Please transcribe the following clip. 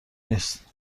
نیست